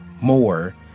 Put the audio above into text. more